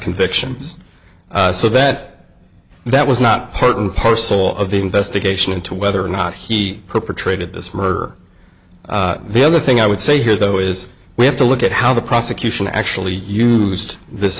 convictions so that that was not part and parcel of the investigation into whether or not he perpetrated this murder the other thing i would say here though is we have to look at how the prosecution actually used this